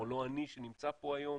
או לא אני שנמצא פה היום,